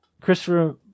Christopher